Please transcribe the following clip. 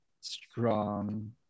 strong